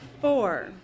Four